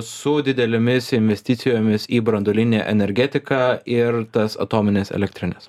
su didelėmis investicijomis į branduolinę energetiką ir tas atomines elektrines